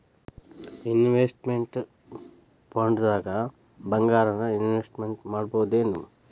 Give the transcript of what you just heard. Investment ಫಂಡ್ದಾಗ್ ಭಂಗಾರಾನ invest ಮಾಡ್ಬೊದೇನು?